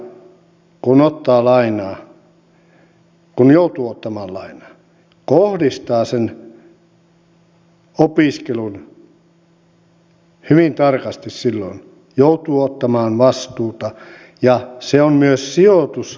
opiskelija kun ottaa lainaa kun joutuu ottamaan lainaa kohdistaa sen opiskelun hyvin tarkasti silloin joutuu ottamaan vastuuta ja se on myös sijoitus tulevaisuuteen